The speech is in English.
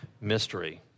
mystery